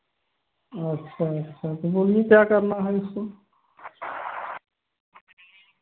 अच्छा अच्छा तो बोलिए क्या करना है इसको